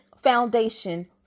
Foundation